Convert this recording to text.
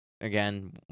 again